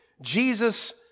Jesus